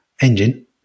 engine